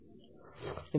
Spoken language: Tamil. எனவே நீங்கள் 517